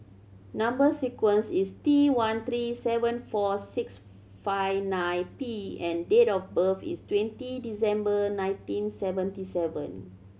number sequence is T one three seven four six five nine P and date of birth is twenty December nineteen seventy seven